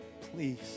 please